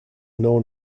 known